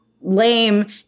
lame